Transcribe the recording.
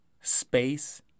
space